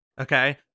Okay